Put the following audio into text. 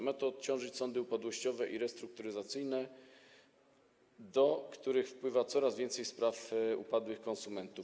Ma to odciążyć sądy upadłościowe i restrukturyzacyjne, do których wpływa coraz więcej spraw upadłych konsumentów.